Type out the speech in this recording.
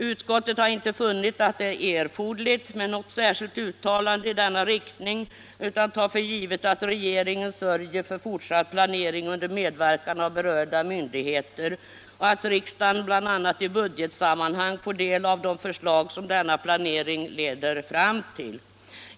Utskottet har inte funnit att det är erforderligt med något särskilt uttalande i denna riktning, utan tar för givet att regeringen sörjer för fortsatt planering under medverkan av berörda myndigheter och att riksdagen bl.a. i budgetsammanhang får del av de förslag som denna planering leder fram till.